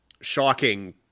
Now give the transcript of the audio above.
shocking